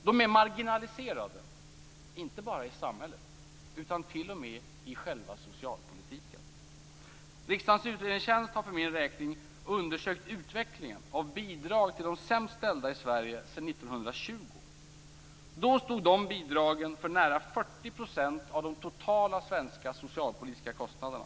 De är marginaliserade, inte bara i samhället utan t.o.m. i själva socialpolitiken. Riksdagens utredningstjänst har för min räkning undersökt utvecklingen av bidrag till de sämst ställda i Sverige sedan 1920. Då stod de bidragen för nära 40 % av de totala svenska socialpolitiska kostnaderna.